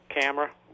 camera